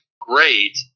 great